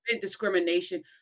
discrimination